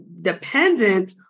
dependent